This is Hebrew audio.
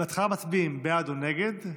בהתחלה מצביעים בעד או נגד,